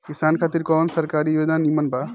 किसान खातिर कवन सरकारी योजना नीमन बा?